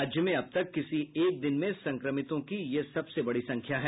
राज्य में अबतक किसी एक दिन में संक्रमितों की यह सबसे बड़ी संख्या है